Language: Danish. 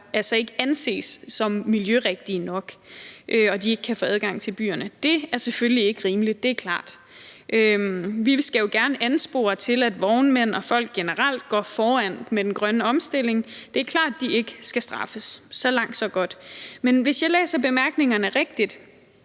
altså ikke anses som miljørigtige nok, og at de derfor ikke kan få adgang til byerne. Det er selvfølgelig ikke rimeligt, det er klart. Vi skal jo gerne anspore til, at vognmænd og folk generelt går foran med den grønne omstilling; det er klart, at de ikke skal straffes. Så langt, så godt. Men hvis jeg læser bemærkningerne rigtigt,